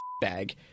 bag